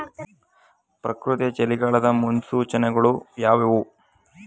ಪ್ರಕೃತಿಯ ಚಳಿಗಾಲದ ಮುನ್ಸೂಚನೆಗಳು ಯಾವುವು?